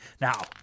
Now